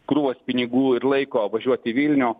krūvas pinigų ir laiko važiuot į vilnių